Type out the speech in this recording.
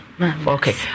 Okay